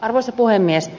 arvoisa puhemies